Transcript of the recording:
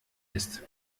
ist